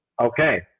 okay